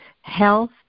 health